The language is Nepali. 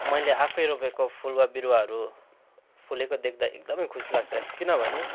मैले आफै रोपेको फुल वा बिरुवाहरू फुलेको देख्दा एकदमै खुसी लाग्छ किनभने